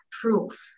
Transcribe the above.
proof